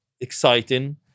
exciting